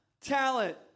talent